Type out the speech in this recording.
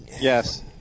Yes